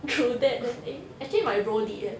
true that leh eh actually my bro did eh